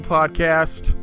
Podcast